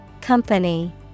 Company